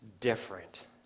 different